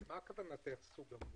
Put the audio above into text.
מה הכוונה סוג המוגבלות?